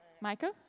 Michael